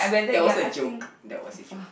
that was a joke that was a joke